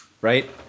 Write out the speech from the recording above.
Right